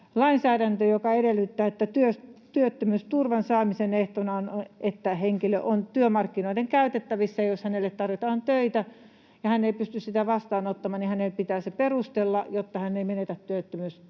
lainsäädäntö, joka edellyttää, että työttömyysturvan saamisen ehtona on, että henkilö on työmarkkinoiden käytettävissä. Jos hänelle tarjotaan työtä ja hän ei pysty sitä vastaanottamaan, niin hänen pitää se perustella, jotta hän ei menetä työttömyysturvaoikeuttaan.